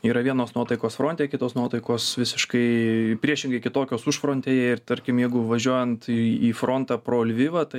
yra vienos nuotaikos fronte kitos nuotaikos visiškai priešingai kitokios užfrontėj ir tarkim jeigu važiuojant į į frontą pro lvivą tai